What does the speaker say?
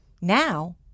Now